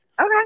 Okay